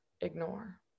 ignore